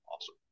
awesome